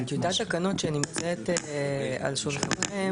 טיוטת התקנות שנמצאת על השולחן,